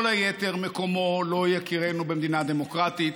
כל היתר, מקומו לא יכירנו במדינה דמוקרטית.